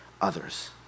others